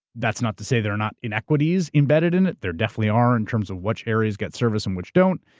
that's not to say there are not inequities embedded in it. there definitely are in terms of which areas get service and which don't,